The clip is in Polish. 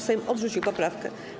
Sejm odrzucił poprawkę.